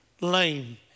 lame